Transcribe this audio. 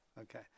Okay